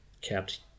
kept